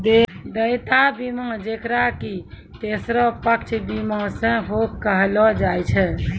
देयता बीमा जेकरा कि तेसरो पक्ष बीमा सेहो कहलो जाय छै